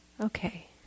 Okay